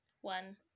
one